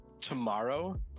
tomorrow